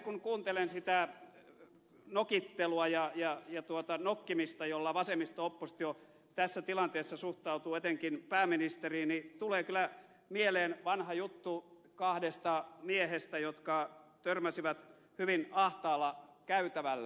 kun kuuntelen sitä nokittelua ja nokkimista jolla vasemmisto oppositio tässä tilanteessa suhtautuu etenkin pääministeriin tulee kyllä mieleen vanha juttu kahdesta miehestä jotka törmäsivät hyvin ahtaalla käytävällä